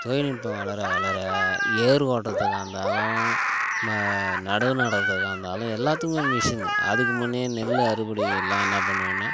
தொழில்நுட்பம் வளர வளர ஏர் ஓட்டுறதுக்கா இருந்தாலும் ம நடவு நடுறதுக்கா இருந்தாலும் எல்லோத்துக்குமே மிஷினு அதுக்கு முன்னே நெல் அறுவடைக்கெல்லாம் என்ன பண்ணுவோம்ன்னா